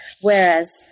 whereas